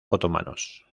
otomanos